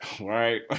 Right